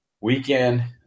weekend